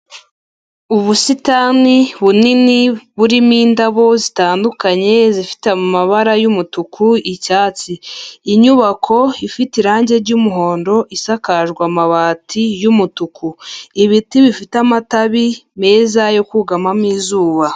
Ubusitani bunini burimo indabo zitandukanye, zifite amabara y'umutuku, icyatsi. Inyubako ifite irangi ry'umuhondo, isakaje amabati y'umutuku. Ibiti bifite amatabi meza yo kugamamo izuba.